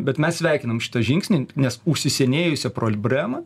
bet mes sveikinam šitą žingsnį nes užsisenėjusią prolbremą